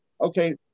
okay